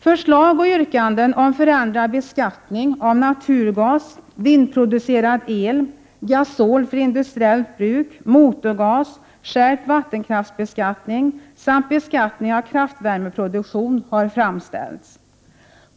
Förslag och yrkanden om förändrad beskattning av naturgas, vindproducerad el, gasol för industriellt bruk, motorgas, skärpt vattenkraftsbeskattning samt beskattning av kraftvärmeproduktion har framställts.